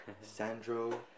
Sandro